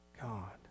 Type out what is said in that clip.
God